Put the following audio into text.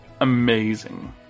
amazing